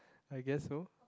I guess so